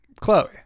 Chloe